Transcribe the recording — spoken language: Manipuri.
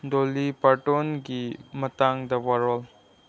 ꯗꯣꯜꯂꯤ ꯄꯥꯔꯇꯣꯟꯒꯤ ꯃꯇꯥꯡꯗ ꯋꯥꯔꯣꯜ